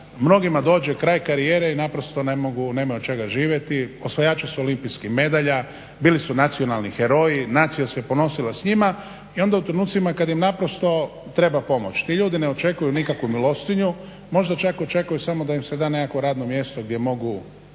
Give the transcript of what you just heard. mnogima dođe kraj karijere i naprosto nemaju od čega živjeti. Osvajači su olimpijskih medalja, bili su nacionalni heroji, nacija se ponosila s njima i onda u trenucima kada im treba pomoć ti ljudi ne očekuju nikakvu milostinju možda čak očekuju samo da im se da neko radno mjesto gdje mogu